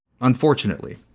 Unfortunately